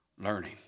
learning